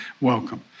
Welcome